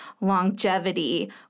longevity